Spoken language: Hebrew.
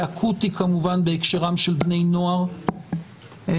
זה אקוטי כמובן בהקשרם של בני נוער שהנזק